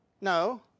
No